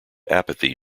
apathy